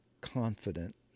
confident